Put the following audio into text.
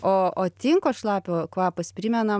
o o tinko šlapio kvapas primena